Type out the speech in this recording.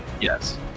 yes